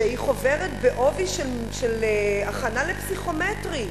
שהיא חוברת בעובי של הכנה לפסיכומטרי.